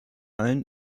allen